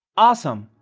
awesome!